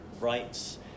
rights